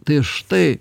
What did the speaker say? tai ir štai